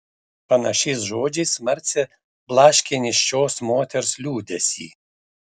panašiais žodžiais marcė blaškė nėščios moters liūdesį